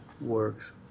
works